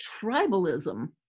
tribalism